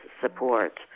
support